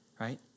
right